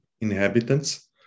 inhabitants